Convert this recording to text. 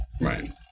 Right